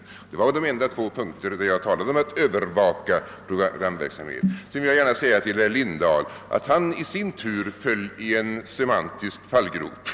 Endast på dessa två punkter talade jag om att övervaka programverksamheten. Till herr Lindahl vill jag säga att han i sin tur föll i en semantisk fallgrop.